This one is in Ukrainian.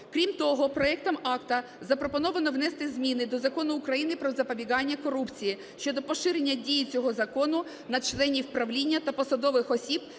Крім того, проектом акту запропоновано внести зміни до Закону України "Про запобігання корупції" щодо поширення дії цього закону на членів правління та посадових осіб